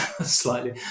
slightly